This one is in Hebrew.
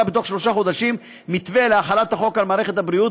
בתוך שלושה חודשים מתווה להחלת החוק על מערכת הבריאות,